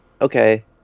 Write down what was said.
okay